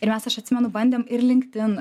ir mes aš atsimenu bandėm ir linkedin